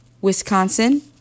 Wisconsin